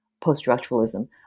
post-structuralism